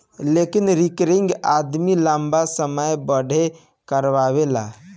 लेकिन रिकरिंग आदमी लंबा समय बदे करावेला